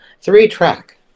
three-track